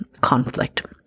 conflict